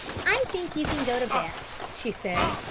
i think you can go to bed, she said.